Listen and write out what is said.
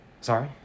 Sorry